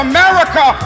America